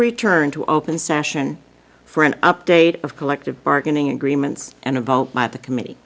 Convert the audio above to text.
return to open session for an update of collective bargaining agreements and a vote by the com